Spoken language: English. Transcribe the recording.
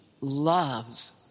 loves